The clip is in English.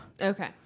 Okay